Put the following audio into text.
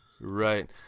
Right